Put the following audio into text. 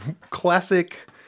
classic